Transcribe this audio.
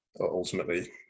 ultimately